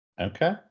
Okay